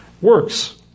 works